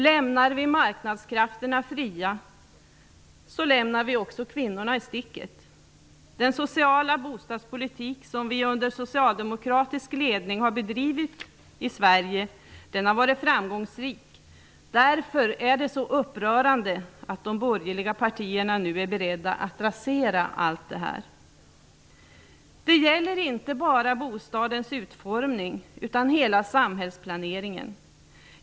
Lämnar vi marknadskrafterna fria, lämnar vi också kvinnorna i sticket. Den sociala bostadspolitik som vi under socialdemokratisk ledning har bedrivit i Sverige har varit framgångsrik. Därför är det upprörande att de borgerliga partierna nu är beredda att rasera allt detta. Det gäller inte bara bostadens utformning utan hela samhällsplaneringen.